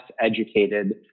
educated